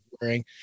wearing